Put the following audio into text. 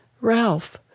Ralph